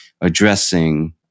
addressing